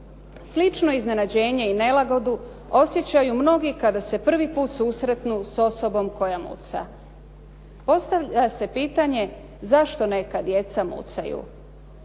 Slično iznenađenje i nelagodu osjećaju mnogi kada se prvi put susretnu sa osobom koja muca. Postavlja se pitanje zašto neka djeca mucaju.